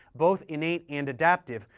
both innate and adaptive,